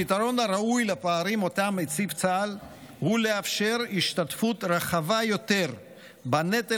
הפתרון הראוי לפערים שהציף צה"ל הוא לאפשר השתתפות רחבה יותר בנטל